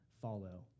follow